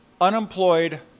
unemployed